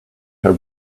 her